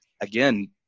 again